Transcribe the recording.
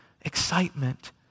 excitement